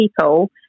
people